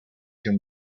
can